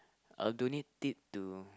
I'll donate it to